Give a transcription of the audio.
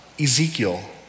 Ezekiel